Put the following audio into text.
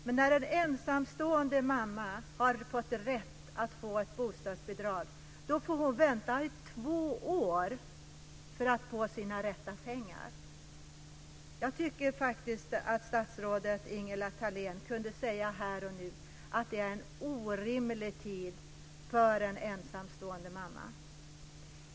Men när en ensamstående mamma har fått rätt att få ett bostadsbidrag får hon vänta i två år för att få sina rätta pengar. Jag tycker att statsrådet Ingela Thalén kunde säga här och nu att det är en orimlig tid för en ensamstående mamma.